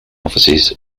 offices